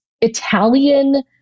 Italian